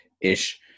ish